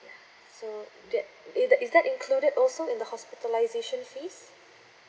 ya so that is that is that included also the in hospitalisation fees